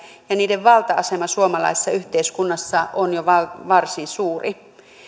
ja niiden valta asema suomalaisessa yhteiskunnassa on jo varsin suuri